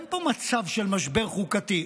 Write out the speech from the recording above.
אין פה מצב של משבר חוקתי,